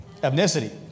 ethnicity